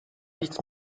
nichts